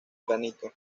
granito